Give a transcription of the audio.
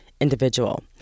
individual